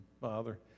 Father